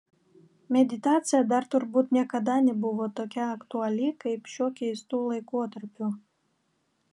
meditacija dar turbūt niekada nebuvo tokia aktuali kaip šiuo keistu laikotarpiu